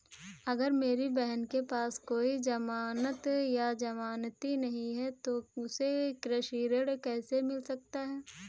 अगर मेरी बहन के पास कोई जमानत या जमानती नहीं है तो उसे कृषि ऋण कैसे मिल सकता है?